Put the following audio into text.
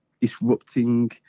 disrupting